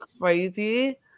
crazy